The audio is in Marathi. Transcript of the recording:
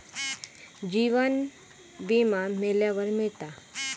जीवन विमा मेल्यावर मिळता